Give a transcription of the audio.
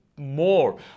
More